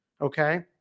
Okay